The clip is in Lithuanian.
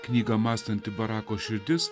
knygą mąstanti barako širdis